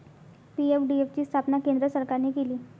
PFDF ची स्थापना केंद्र सरकारने केली